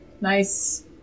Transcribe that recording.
Nice